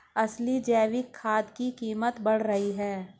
असली जैविक खाद की कीमत बढ़ रही है